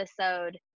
episode